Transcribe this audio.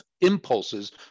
impulses